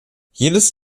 jedes